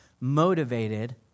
motivated